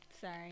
Sorry